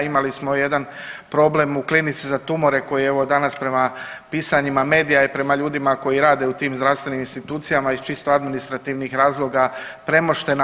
Imali smo jedan problem u Klinici za tumore koji evo danas prema pisanjima medija i prema ljudima koji rade u tim zdravstvenim institucijama iz čisto administrativnih razloga premoštena.